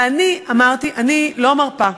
ואני אמרתי: אני לא מרפה.